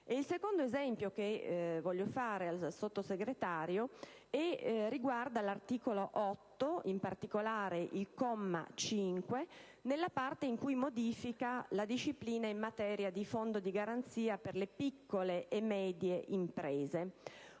Il secondo esempio che desidero portare al Sottosegretario riguarda l'articolo 8, in particolare il comma 5, nella parte in cui modifica la disciplina in materia di Fondo di garanzia per le piccole e medie imprese.